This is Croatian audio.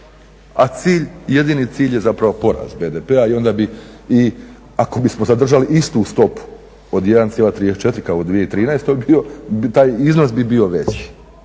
a cilj, jedini cilj je zapravo porast BDP-a i onda bi i, ako bismo zadržali istu stopu od 1,34 kao u 2013. bio taj iznos bi bio veći.